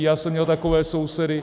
Já jsem měl takové sousedy.